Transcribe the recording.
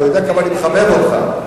אתה יודע כמה אני מחבב אותך,